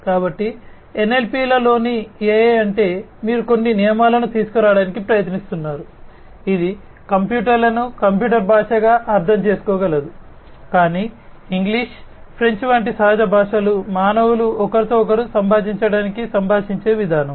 కాబట్టి ఎన్ఎల్పిలోని AI అంటే మీరు కొన్ని నియమాలను తీసుకురావడానికి ప్రయత్నిస్తున్నారు ఇది కంప్యూటర్లను కంప్యూటర్ భాషగా అర్థం చేసుకోగలదు కానీ ఇంగ్లీష్ ఫ్రెంచ్ వంటి సహజ భాషలు మానవులు ఒకరితో ఒకరు సంభాషించడానికి సంభాషించే విధానం